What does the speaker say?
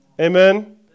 Amen